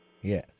Yes